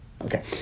Okay